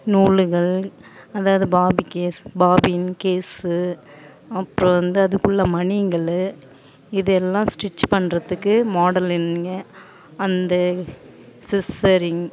நூலுகள் அதாது bobbin case bobbin case அப்றம் வந்து அதுக்குள்ள மணிங்கள் இதெல்லாம் ஸ்ட்ரிச் பண்ணுறதுக்கு மாடலிங்க அந்த சிஸ்சரிங்